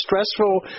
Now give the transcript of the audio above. stressful